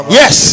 yes